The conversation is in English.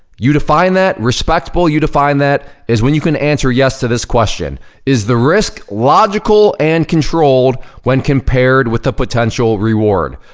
you define that, respectable, you define that is when you can answer yes to this question is the risk logical and controlled when compared with a potential reward?